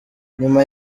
nyuma